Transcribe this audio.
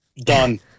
Done